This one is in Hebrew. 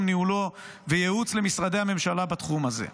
ניהולו וייעוץ למשרדי הממשלה בתחום הזה.